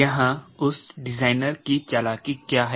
यहाँ उस डिजाइनर की चालाकि क्या है